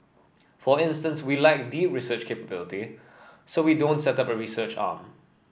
for instance we lack deep research capability so we don't set up a research arm